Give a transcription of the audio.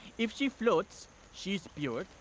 if she floats she's pure,